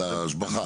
על ההשבחה.